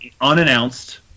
unannounced